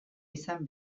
izan